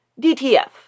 DTF